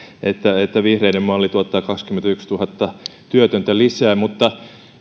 että että vihreiden malli tuottaa kaksikymmentätuhatta työtöntä lisää mutta